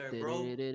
bro